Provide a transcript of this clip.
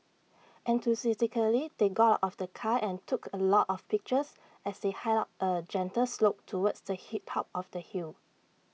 enthusiastically they got out of the car and took A lot of pictures as they hiked up A gentle slope towards the top of the hill